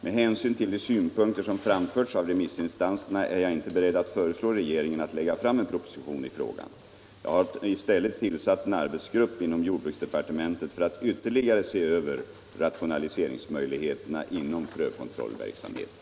Med hänsyn till de synpunkter som framförts av remissinstanserna är jag inte beredd att föreslå regeringen att lägga fram en proposition i frågan. Jag har i stället tillsatt en arbetsgrupp inom jordbruksdepartementet för att ytterligare se över rationaliseringsmöjligheterna inom frökontrollverksamheten.